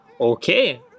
Okay